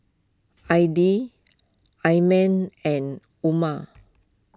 Aidil Iman and Umar